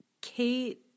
Kate